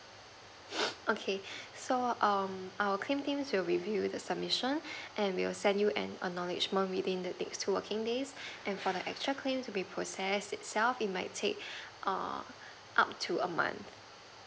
okay so um our claim teams will be review the submission and we'll send you an acknowledgement within the next two working days and for the extra claim to be process itself it might take err up to a month